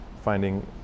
finding